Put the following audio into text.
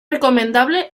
recomendable